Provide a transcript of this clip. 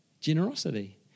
generosity